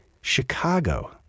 Chicago